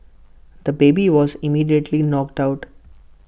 the baby was immediately knocked out